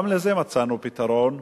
גם לזה מצאנו פתרון,